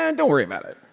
and don't worry about it